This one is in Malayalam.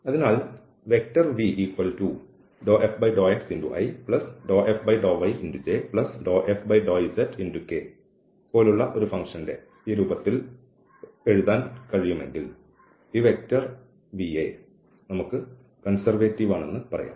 അതിനാൽ V∂f∂xi∂f∂yj∂f∂zk പോലുള്ള ഒരു ഫംഗ്ഷന്റെ അടിസ്ഥാനത്തിൽ ഈ V എഴുതാൻ കഴിയുമെങ്കിൽ V കൺസെർവേറ്റീവ് ആണെന്ന് നമ്മൾ പറയുന്നു